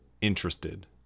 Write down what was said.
interested